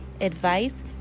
advice